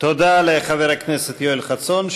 תודה לחבר הכנסת יואל חסון,